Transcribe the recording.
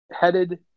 headed